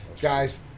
guys